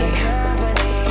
company